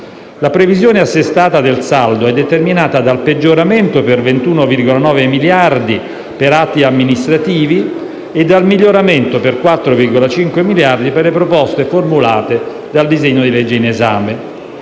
La previsione assestata del saldo è determinata dal peggioramento per 21,9 miliardi per atti amministrativi e dal miglioramento per 4,5 miliardi per le proposte formulate dal disegno di legge in esame.